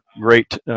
great